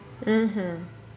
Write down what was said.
mmhmm